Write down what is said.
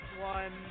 one